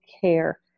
care